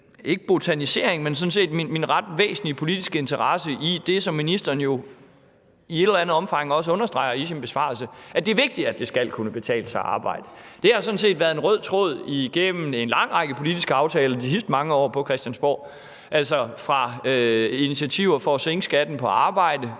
ikke botanisering, men sådan set ret væsentlige politiske interesse i det, som ministeren jo i et eller andet omfang også understreger i sin besvarelse, nemlig at det er vigtigt, at det skal kunne betale sig at arbejde. Det har sådan set været en rød tråd igennem en lang række politiske aftaler de sidste mange år på Christiansborg, altså fra initiativer til at sænke skatten på arbejde,